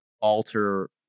alter